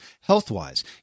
health-wise